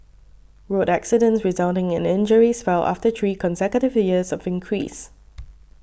road accidents resulting in injuries fell after three consecutive years of increase